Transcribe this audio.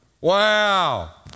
Wow